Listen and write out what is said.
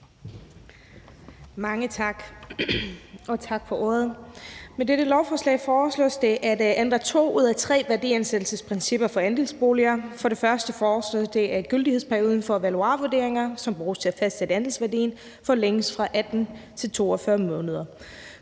(LA): Tak for ordet. Med dette lovforslag foreslås det at ændre to ud af tre værdiansættelsesprincipper for andelsboliger. For det første foreslås det, at gyldighedsperioden for valuarvurderinger, som bruges til at fastsætte andelsværdien, forlænges fra 18 til 42 måneder.